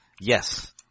Yes